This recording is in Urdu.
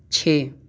چھ